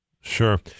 Sure